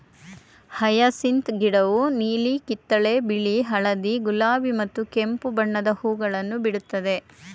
hyacinth ಗಿಡವು ನೀಲಿ, ಕಿತ್ತಳೆ, ಬಿಳಿ, ಹಳದಿ, ಗುಲಾಬಿ ಮತ್ತು ಕೆಂಪು ಬಣ್ಣದ ಹೂಗಳನ್ನು ಬಿಡುತ್ತದೆ